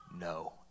no